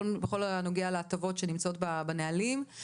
בכל הנוגע להטבות שנמצאות בנהלים,